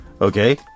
Okay